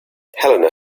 helena